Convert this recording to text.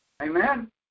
Amen